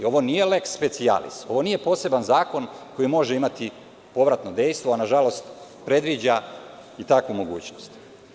Ovo nije leks specijalis, ovo nije poseban zakon koji može imati povratno dejstvo, a nažalost, predviđa i takvu mogućnost.